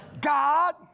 god